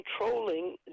controlling